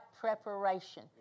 preparation